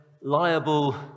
liable